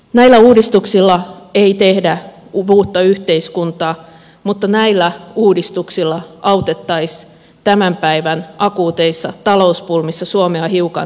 näillä uudistuksilla ei tehdä uutta yhteiskuntaa mutta näillä uudistuksilla autettaisiin tämän päivän akuuteissa talouspulmissa suomea hiukan eteenpäin